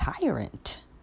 tyrant